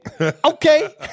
okay